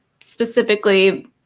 specifically